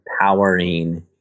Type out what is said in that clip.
powering